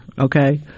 okay